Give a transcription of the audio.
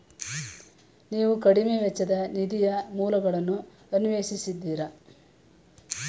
ನೀವು ಕಡಿಮೆ ವೆಚ್ಚದ ನಿಧಿಯ ಮೂಲಗಳನ್ನು ಅನ್ವೇಷಿಸಿದ್ದೀರಾ?